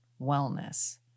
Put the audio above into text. wellness